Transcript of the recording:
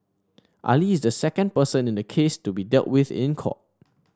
Ali is the second person in the case to be dealt with in court